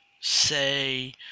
say